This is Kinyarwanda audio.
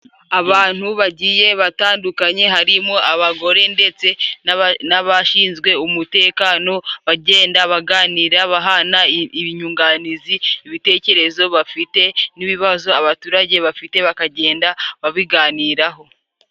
Abantu bagiye batandukanye harimo abagore ndetse n'abashinzwe umutekano, bagenda baganira bahana inyunganizi ibitekerezo bafite n'ibibazo abaturage bafite, bakagenda babiganiraho.